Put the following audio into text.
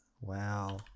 Wow